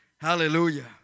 Hallelujah